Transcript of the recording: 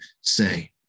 say